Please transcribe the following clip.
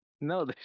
No